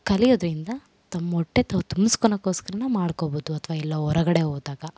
ಕಲಿಯೋದರಿಂದ ತಮ್ಮ ಹೊಟ್ಟೆ ತಾವು ತುಂಬಿಸ್ಕೊಳಕೋಸ್ಕರ ನಾವು ಮಾಡಿಕೊಬೋದು ಅಥ್ವ ಎಲ್ಲೋ ಹೊರಗಡೆ ಹೋದಾಗ